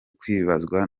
kwibazwaho